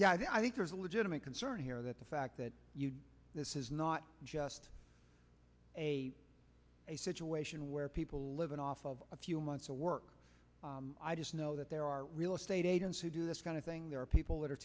yeah i think there's a legitimate concern here that the fact that this is not just a a situation where people living off of a few months to work i just know that there are real estate agents who do this kind of thing there are people that are